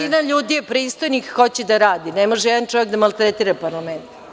Većina ljudi je pristojnih, hoće da rade, ne može jedan čovek da maltretira parlament.